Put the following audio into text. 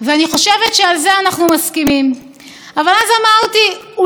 להשתפר ולשפר במשהו את ההתנסחויות שלי,